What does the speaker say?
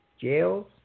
jails